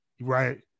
right